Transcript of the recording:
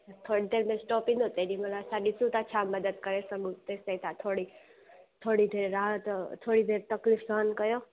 थोरी देर में स्टॉप ईंदो तेॾीमहिल असां ॾिसूं था छा मदद करे सघूं तेसि ताईं तां थोरी थोरी देरि राहति थोरी देरि तकलीफ़ सहन कयो